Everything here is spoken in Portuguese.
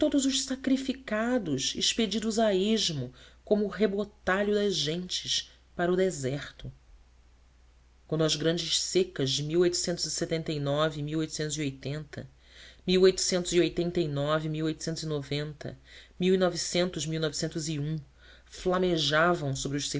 e todos os sacrificados expelidos a esmo como o rebotalho das gentes para o deserto quando as grandes secas de e a flamejava sobre os